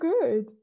good